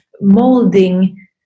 molding